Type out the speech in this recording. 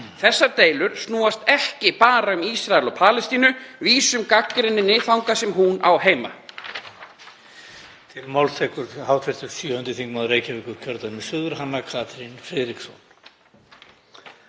Þessar deilur snúast ekki bara um Ísrael og Palestínu. Vísum gagnrýninni þangað sem hún á heima.